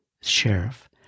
sheriff